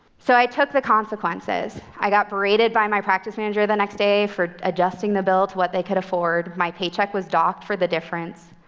so i took the consequences. i got berated berated by my practice manager the next day for adjusting the bill to what they could afford. my paycheck was docked for the difference.